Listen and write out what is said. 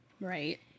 Right